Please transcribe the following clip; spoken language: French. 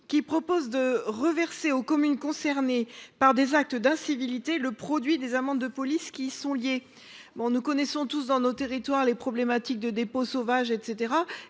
Il vise à reverser aux communes concernées par des actes d’incivilités le produit des amendes de police qui y sont liées. Nous connaissons tous dans nos territoires des problèmes de dépôts sauvages, entre